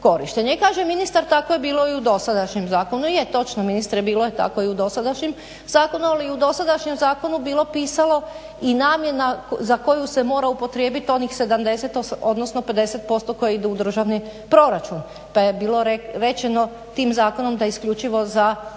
korištena. I kaže ministar tako je bilo i u dosadašnjem zakonu. Je točno je ministre bilo je tako i u dosadašnjem zakonu ali u dosadašnjem zakonu bilo pisalo i namjena za koju se mora upotrijebiti onih 70 odnosno 50% koji ide u državni proračun. Pa je bilo rečeno tim zakonom da isključivo da